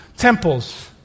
temples